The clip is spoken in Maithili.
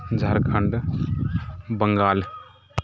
झारखण्ड बङ्गाल